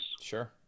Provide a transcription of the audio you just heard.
Sure